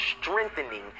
strengthening